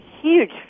huge